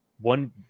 one